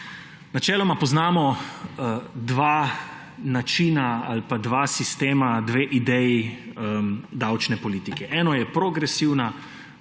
Načeloma poznamo dva načina ali pa dva sistema, dve ideji davčne politike: eno je progresivni